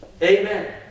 Amen